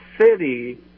city